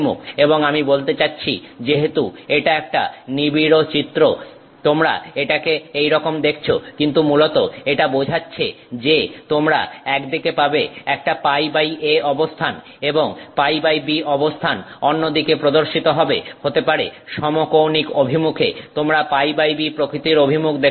এবং আমি বলতে চাচ্ছি যেহেতু এটা একটা নিবিড় চিত্র তোমরা এটাকে এইরকম দেখছো কিন্তু মূলত এটা বোঝাচ্ছে যে তোমরা একদিকে পাবে একটা πa অবস্থান এবং πb অবস্থান অন্যদিকে প্রদর্শিত হবে হতে পারে সমকৌণিক অভিমুখে তোমরা πb প্রকৃতির অভিমুখ দেখতে পাবে